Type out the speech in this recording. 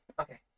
Okay